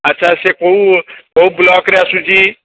ଆଚ୍ଛା ସେ କୋଉ କୋଉ ବ୍ଲକ୍ରେ ଆସୁଛି